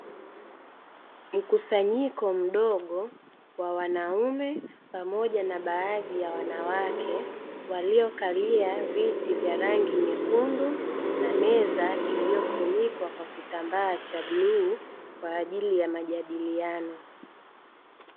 Mkusanyiko mdogo wa wanaume pamoja na baadhi ya wanawake waliokalia viti vya rangi nyekundu pamoja na meza iliyofunikwa kwa kitambaa cha rangi ya buluu kwa ajili ya majadiliano.